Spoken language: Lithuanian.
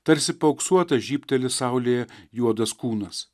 tarsi paauksuotas žybteli saulėje juodas kūnas